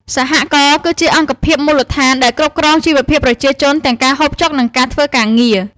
«សហករណ៍» គឺជាអង្គភាពមូលដ្ឋានដែលគ្រប់គ្រងជីវភាពប្រជាជនទាំងការហូបចុក និងការធ្វើការងារ។